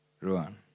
Ruan